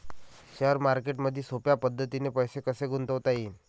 Share मार्केटमधी सोप्या पद्धतीने पैसे कसे गुंतवता येईन?